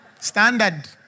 Standard